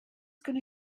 gonna